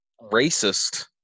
Racist